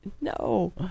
No